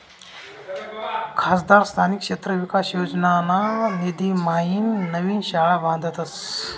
खासदार स्थानिक क्षेत्र विकास योजनाना निधीम्हाईन नवीन शाळा बांधतस